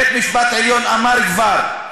בית-המשפט העליון אמר כבר,